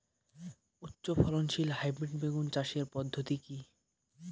উচ্চ ফলনশীল হাইব্রিড বেগুন চাষের পদ্ধতি কী?